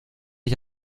ich